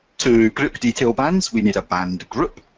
to group detail bands, we need a band group.